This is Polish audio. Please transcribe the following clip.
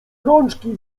rączki